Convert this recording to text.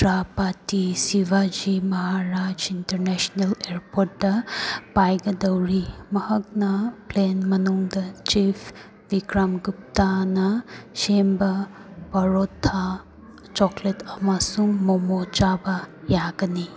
ꯇ꯭ꯔꯥꯄꯥꯇꯤ ꯁꯤꯕꯥꯖꯤ ꯃꯥꯍꯥꯔꯥꯖ ꯏꯟꯇꯔꯅꯦꯁꯅꯦꯜ ꯏꯌꯥꯔꯄꯣꯔꯠꯇ ꯄꯥꯏꯒꯗꯧꯔꯤ ꯃꯍꯥꯛꯅ ꯄ꯭ꯂꯦꯟ ꯃꯅꯨꯡꯗ ꯆꯤꯞ ꯕꯤꯀ꯭ꯔꯝ ꯒꯨꯞꯇꯥꯅ ꯁꯦꯝꯕ ꯄꯥꯔꯣꯊꯥ ꯆꯣꯀ꯭ꯂꯦꯠ ꯑꯃꯁꯨꯡ ꯃꯣꯃꯣ ꯆꯥꯕ ꯌꯥꯒꯅꯤ